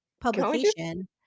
publication